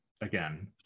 again